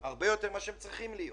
יותר ממה שהם צריכים להיות.